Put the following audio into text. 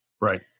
right